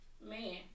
Man